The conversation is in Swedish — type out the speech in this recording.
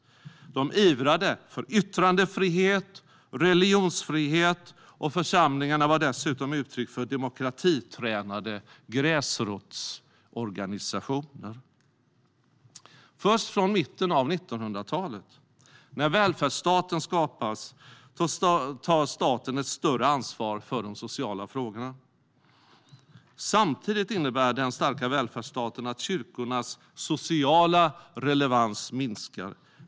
De ivrade för yttrandefrihet och religionsfrihet. Församlingarna var dessutom uttryck för demokratitränade gräsrotsorganisationer. Först från mitten av 1900-talet, när välfärdsstaten skapades, tar staten ett större ansvar för de sociala frågorna. Samtidigt innebär den starka välfärdsstaten att kyrkornas sociala relevans minskar.